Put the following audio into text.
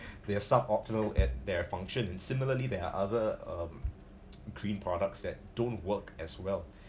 they‘re sub optimal at their functions similarly there are other um green products that don't work as well